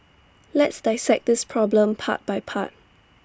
let's dissect this problem part by part